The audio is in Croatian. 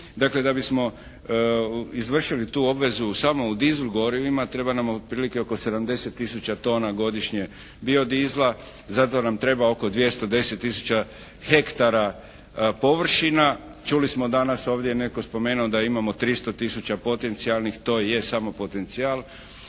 Dakle, da bismo izvršili tu obvezu samo u dizel gorivima treba nam otprilike oko 70 000 tona godišnje bio dizela. Zato nam treba oko 210 000 ha površina. Čuli smo danas ovdje je netko spomenuo da imamo 300 000 potencijalnih. To je samo potencijal.